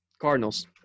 Cardinals